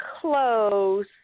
close